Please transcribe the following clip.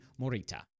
morita